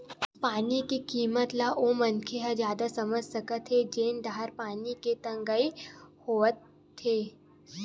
पानी के किम्मत ल ओ मनखे ह जादा समझ सकत हे जेन डाहर पानी के तगई होवथे